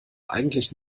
eigentlich